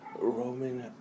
Roman